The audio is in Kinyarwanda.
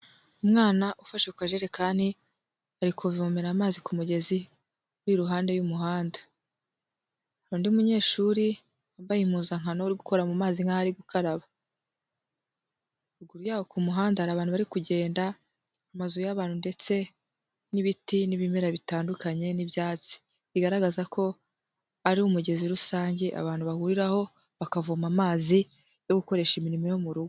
Umwana ufashe ku jerekani ari kuvomera amazi ku mugezi, uri iruhande y'umuhanda. Undi munyeshuri, wambaye impuzankano uri gukora mu mazi nk'aho ari gukaraba. Ruguru yabo ku muhanda hari abantu bari kugenda, amazu y'abantu, ndetse n'ibiti n'ibimera bitandukanye n'ibyatsi. Bigaragaza ko ari umugezi rusange abantu bahuriraho, bakavoma amazi yo gukoresha imirimo yo mu rugo.